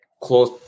close